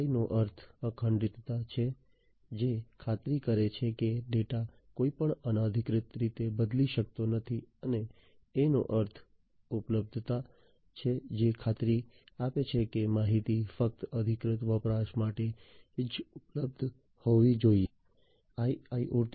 I નો અર્થ અખંડિતતા છે જે ખાતરી કરે છે કે ડેટા કોઈપણ અનધિકૃત રીતે બદલી શકાતો નથી અને A નો અર્થ ઉપલબ્ધતા છે જે ખાતરી આપે છે કે માહિતી ફક્ત અધિકૃત વપરાશકર્તા માટે જ ઉપલબ્ધ હોવી જોઈએ